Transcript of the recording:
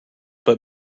but